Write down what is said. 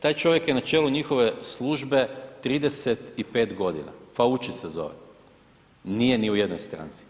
Taj čovjek je na čelu njihove službe 35 godina, Fauci se zove, nije ni u jednoj stranci.